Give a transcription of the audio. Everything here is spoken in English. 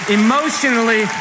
emotionally